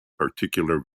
particular